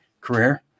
career